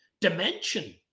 dimension